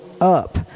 up